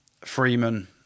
Freeman